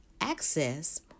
access